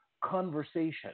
conversation